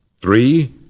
Three